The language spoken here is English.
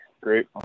great